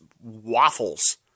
waffles